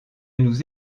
nous